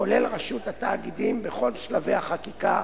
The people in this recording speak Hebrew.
כולל רשות התאגידים, בכל שלבי החקיקה,